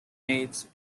aids